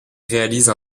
réalise